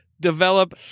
Develop